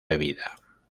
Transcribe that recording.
bebida